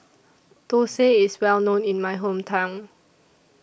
Thosai IS Well known in My Hometown